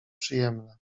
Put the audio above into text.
przyjemne